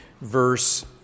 verse